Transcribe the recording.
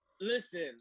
listen